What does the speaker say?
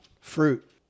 fruit